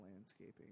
landscaping